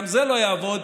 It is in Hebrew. גם זה לא יעבוד,